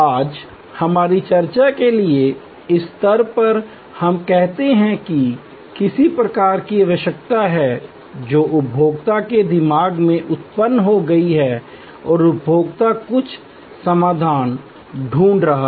आज हमारी चर्चा के लिए इस स्तर पर हम कहते हैं कि किसी प्रकार की आवश्यकता है जो उपभोक्ता के दिमाग में उत्पन्न हो गई है और उपभोक्ता कुछ समाधान ढूंढ रहा है